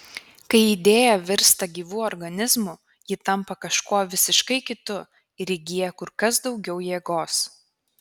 kai idėja virsta gyvu organizmu ji tampa kažkuo visiškai kitu ir įgyja kur kas daugiau jėgos